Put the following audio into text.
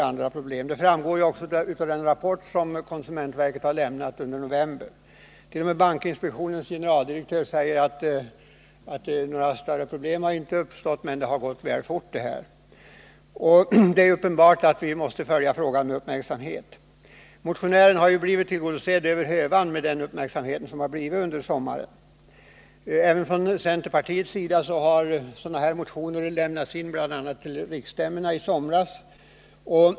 Detta framgår också av den rapport som konsumentverket lämnat under november. T. o. m. bankinspektionens generaldirektör säger att det inte uppstått några större problem men att utvecklingen gått mycket fort. Det är uppenbart att vi måste följa den här frågan med uppmärksamhet. Motionären har blivit över hövan tillgodosedd genom den uppmärksamhet frågan fick under sommaren. Sådana här motioner lämnades även in till centerns riksstämma i somras.